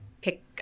pick